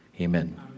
Amen